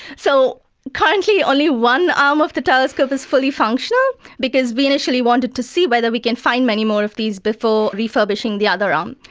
so currently only one arm of the telescope is fully functional because we initially wanted to see whether we can find many more of these before refurbishing the other arm.